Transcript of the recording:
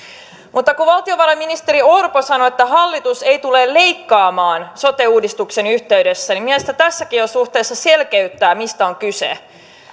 mutta kun valtiovarainministeri orpo sanoi että hallitus ei tule leikkaamaan sote uudistuksen yhteydessä niin mielestäni tässäkin suhteessa olisi syytä selkeyttää mistä on kyse